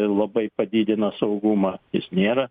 labai padidina saugumą jis nėra